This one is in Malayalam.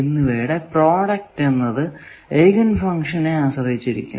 എന്നിവയുടെ പ്രോഡക്റ്റ് എന്നത് എയ്ഗൻ ഫങ്ക്ഷനെ ആശ്രയിച്ചിരിക്കുന്നു